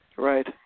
Right